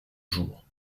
jours